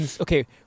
okay